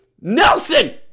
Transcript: Nelson